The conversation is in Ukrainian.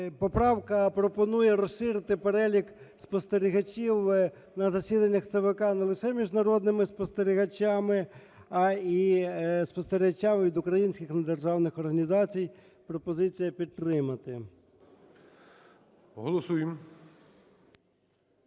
поправка пропонує розширити перелік спостерігачів на засіданнях ЦВК не лише міжнародними спостерігачами, а й спостерігачами від українських недержавних організацій. Пропозиція підтримати. ГОЛОВУЮЧИЙ.